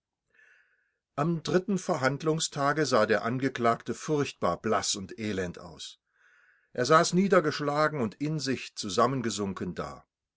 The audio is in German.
am dritten verhandlungstage sah der angeklagte furchtbar blaß und elend aus er saß niedergeschlagen und in sich zusammengesunken da